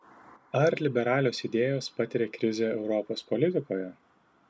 ar liberalios idėjos patiria krizę europos politikoje